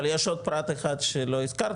אבל יש עוד פרט אחד שלא הזכרת,